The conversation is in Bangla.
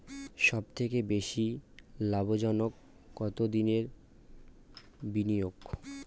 সবথেকে বেশি লাভজনক কতদিনের বিনিয়োগ?